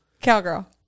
Cowgirl